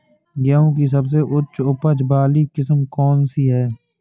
गेहूँ की सबसे उच्च उपज बाली किस्म कौनसी है?